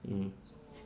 mm